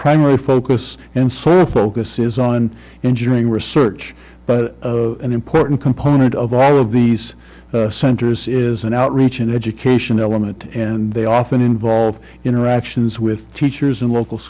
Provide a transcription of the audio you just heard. primary focus and sir focus is on engineering research but an important component of all of these centers is an outreach and education element and they often involve interactions with teachers and local